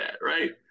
right